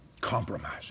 compromise